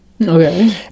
okay